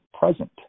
present